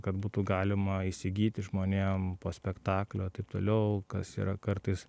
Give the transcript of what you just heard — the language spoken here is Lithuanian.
kad būtų galima įsigyti žmonėm po spektaklio taip toliau kas yra kartais